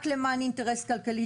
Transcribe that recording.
רק למען אינטרס כלכלי,